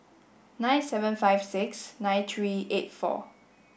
nine seven five six nine three eight four